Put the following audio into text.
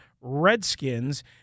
Redskins